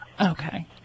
Okay